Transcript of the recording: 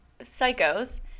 psychos